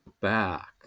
back